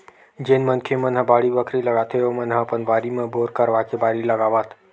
जेन मनखे मन ह बाड़ी बखरी लगाथे ओमन ह अपन बारी म बोर करवाके बारी लगावत